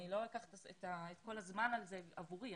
אני לא אקח את כל הזמן הזה עבורי.